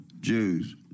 Jews